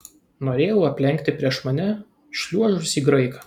norėjau aplenkti prieš mane šliuožusį graiką